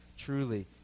Truly